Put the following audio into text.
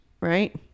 right